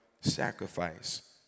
sacrifice